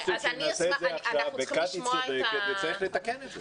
צריך לתקן את זה.